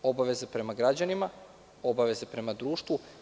Imaju obaveze prema građanima, obaveze prema društvu.